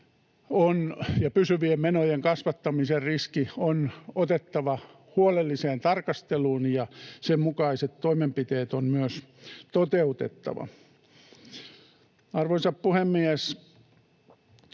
pysyvien menojen kasvattamisen riski on otettava huolelliseen tarkasteluun ja sen mukaiset toimenpiteet on myös toteutettava. Arvoisa puhemies!